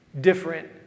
Different